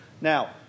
Now